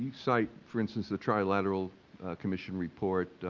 sight, for instance, the trilateral commission report